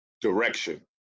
direction